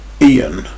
Ian